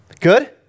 Good